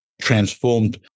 transformed